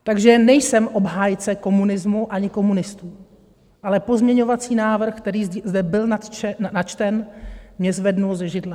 Takže nejsem obhájce komunismu ani komunistů, ale pozměňovací návrh, který zde byl načten, mě zvedl ze židle.